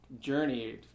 journey